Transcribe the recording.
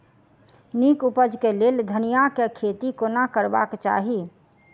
नीक उपज केँ लेल धनिया केँ खेती कोना करबाक चाहि?